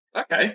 Okay